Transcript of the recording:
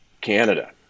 Canada